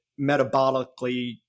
metabolically